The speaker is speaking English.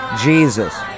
Jesus